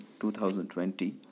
2020